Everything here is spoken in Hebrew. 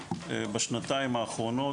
בשנתיים האחרונות,